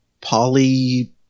poly